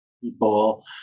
people